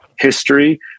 history